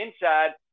inside